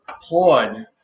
applaud